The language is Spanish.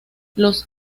los